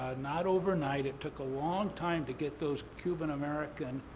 ah not overnight, it took a long time to get those cuban american